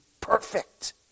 perfect